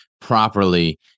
properly